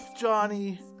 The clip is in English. Johnny